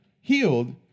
healed